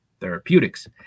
therapeutics